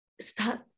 start